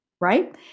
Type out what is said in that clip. Right